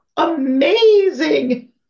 amazing